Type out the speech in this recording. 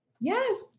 Yes